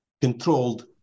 controlled